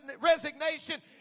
resignation